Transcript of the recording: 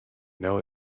know